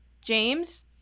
James